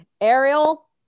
ariel